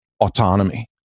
autonomy